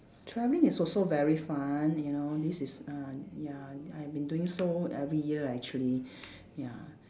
travelling is also very fun you know this is ah ya I have been doing so every year actually ya